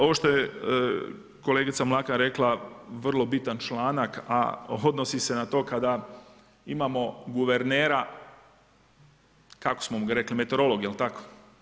Ovo što je kolegica Mlakar rekla vrlo bitan članak, a odnosi se na to kada imamo guvernera kako smo rekli meteorolog jel' tako?